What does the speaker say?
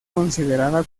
considerada